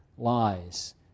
Lies